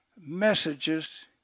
messages